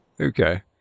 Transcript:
Okay